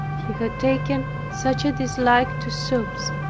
he had taken such a dislike to soups,